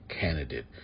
candidate